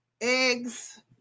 eggs